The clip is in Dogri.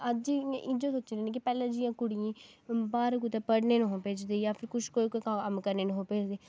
अज्ज इ'यै सोचनी कि पैह्लें जि'यां कुड़ियें ई बाहर कुतै पढ़ने ई निं हे भेजदे जां फिर कुछ कोई कम्म करने ई निं हे भेजदे